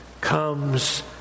comes